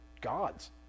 God's